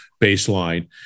baseline